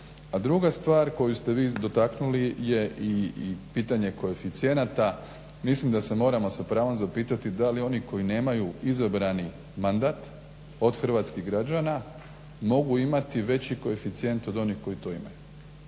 druga stvar koju ste vi dotaknuli je i pitanje koeficijenata. Mislim da se moramo sa pravom zapitati da li oni koji nemaju izabrani mandat od hrvatskih građana mogu imati veći koeficijent od onih koji to imaju?